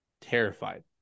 terrified